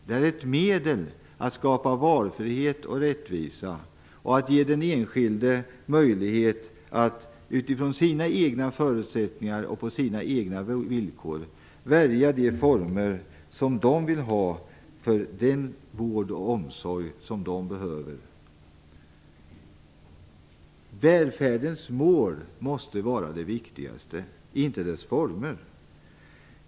Det är ett medel att skapa valfrihet och rättvisa och att ge de enskilda människorna möjlighet att utifrån sina egna förutsättningar och på sina egna villkor välja de former som de vill ha för den vård och omsorg som de behöver. Välfärdens mål måste vara det viktigaste, inte dess former.